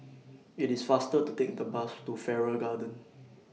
IT IS faster to Take The Bus to Farrer Garden